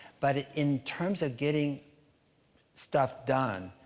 but ah in terms of getting stuff done,